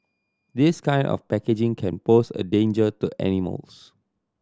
this kind of packaging can pose a danger to animals